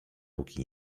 póki